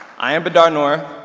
i am bedar noor,